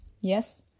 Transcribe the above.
yes